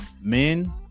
men